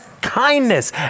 kindness